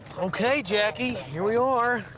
okay jackie, here we are.